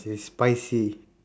it's spicy